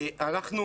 אנחנו